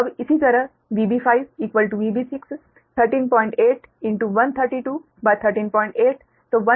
अब इसी तरह VB5 VB6 138132138 तो 132 KV